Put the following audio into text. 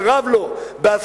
שרב לו בעשייה,